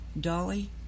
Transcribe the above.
Dolly